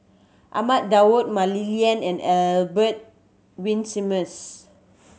Ahmad Daud Mah Li Lian and Albert Winsemius